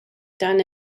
done